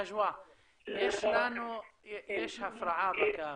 יש הפרעה בקו.